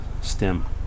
stem